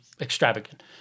extravagant